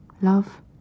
love